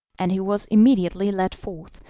and he was immediately led forth,